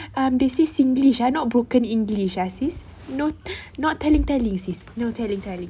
um they say singlish ah not broken english ah sis no not telling telling sis no telling telling